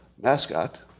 mascot